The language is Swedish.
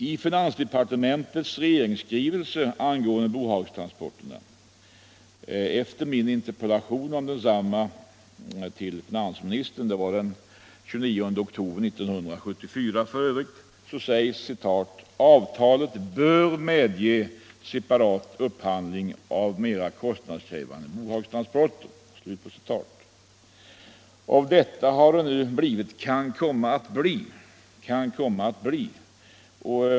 I finansdepartementets regeringsskrivelse angående bohagstransporterna efter min interpellation till finansministern om desamma -— det var f. ö. den 29 oktober 1974 — sägs att avtalet ”bör medge separat upphandling av mer kostnadskrävande bohagstransporter”. Av detta har nu blivit ”kan komma att bli”.